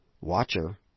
Watcher